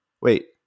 wait